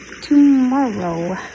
tomorrow